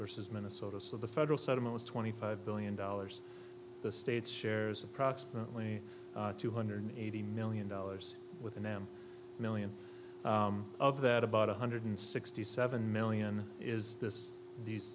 versus minnesota so the federal settlement was twenty five billion dollars the states shares approximately two hundred eighty million dollars with an m million of that about one hundred sixty seven million is this these